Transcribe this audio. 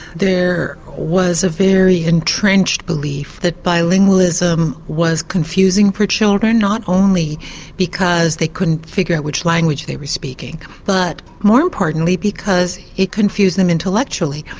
there was a very entrenched belief that bilingualism was confusing for children, not only because they couldn't figure out which language they were speaking, but more importantly because it confused them intellectually.